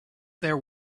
there